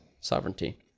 sovereignty